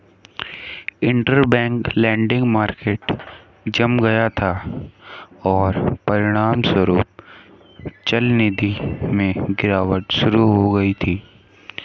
interbank lending market जम गया था, और परिणामस्वरूप चलनिधि में गिरावट शुरू हो गई थी